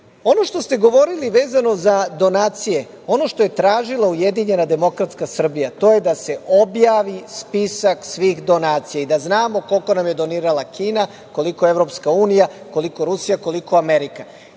što ste govorili vezano za donacije, ono što je tražila ujedinjena demokratska Srbija, a to je da se objavi spisak svih donacija i da znamo koliko nam je donirala Kina, koliko EU, koliko Rusija, koliko Amerika,